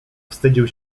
wstydził